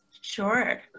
Sure